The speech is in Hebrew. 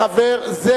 חבר הכנסת והשר לשעבר,